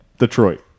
Detroit